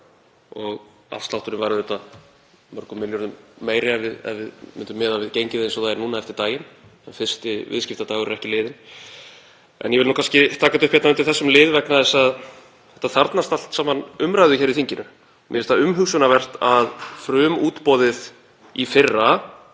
og afslátturinn var auðvitað mörgum milljörðum meiri ef við myndum miða við gengið eins og það er núna eftir daginn. Fyrsti viðskiptadagur er ekki liðinn. Ég vil taka þetta upp undir þessum lið vegna þess að þetta þarfnast allt saman umræðu í þinginu. Mér finnst það umhugsunarvert að frumútboðið í fyrra